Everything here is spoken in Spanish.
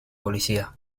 policía